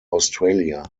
australia